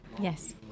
Yes